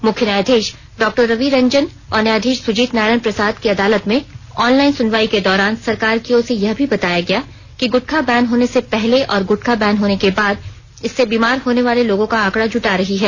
मुख्य न्यायधीश डॉ रवि रंजन और न्यायधीश सुजीत नारायण प्रसाद की अदालत में ऑनलाइन सुनवाई के दौरान सरकार की ओर से यह भी बताया गया कि गुटखा बैन होने से पहले और गुटखा बैन होने के बाद इससे बीमार होने वाले लोगों का आंकड़ा जुटा रही है